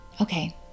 Okay